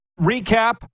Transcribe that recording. Recap